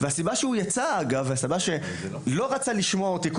שיצא ולא רצה לשמוע אותי.